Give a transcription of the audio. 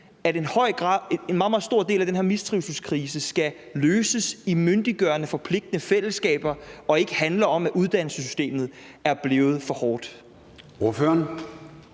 meget, meget stor del af den her mistrivselskrise skal løses i myndiggørende forpligtende fællesskaber og ikke handle om, at uddannelsessystemet er blevet for hårdt.